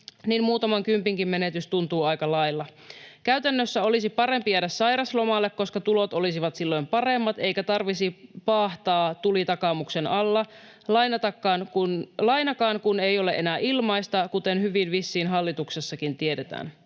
niin muutaman kympinkin menetys tuntuu aika lailla. Käytännössä olisi parempi jäädä sairaslomalle, koska tulot olisivat silloin paremmat eikä tarvitsisi paahtaa tuli takamuksen alla — lainakaan kun ei ole enää ilmaista, kuten hyvin vissiin hallituksessakin tiedetään.”